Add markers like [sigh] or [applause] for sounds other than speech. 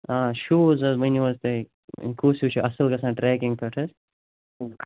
آ شوٗز حظ ؤنِو حظ تُہۍ کُس ہیٛوٗ چھُ اَصٕل گژھان ٹرٛیٚکِنٛگ پٮ۪ٹھ حظ [unintelligible]